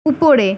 উপরে